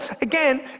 again